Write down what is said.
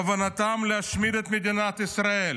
כוונתם להשמיד את מדינת ישראל.